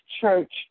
Church